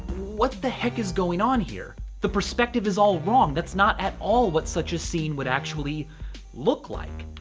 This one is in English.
what the heck is going on here? the perspective is all wrong. that's not at all what such a scene would actually look like.